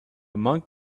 monk